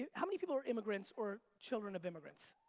yeah how many people were immigrants or children of immigrants?